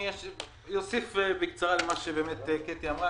אוסיף בקצרה למה שקטי אמרה,